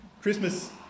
Christmas